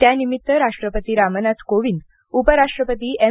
त्यानिमित्त राष्ट्रपती रामनाथ कोविंद उपराष्ट्रपती एम